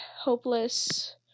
hopeless